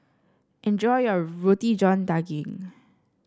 enjoy your Roti John Daging